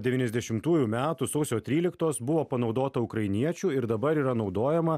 devyniasdešimtųjų metų sausio tryliktos buvo panaudota ukrainiečių ir dabar yra naudojama